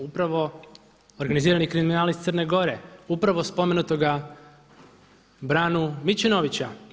Upravo organizirani kriminal iz Crne Gore, upravo spomenutoga Branu Mičinovića.